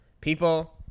People